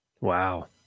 Wow